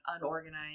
unorganized